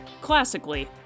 Classically